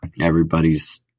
everybody's